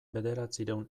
bederatziehun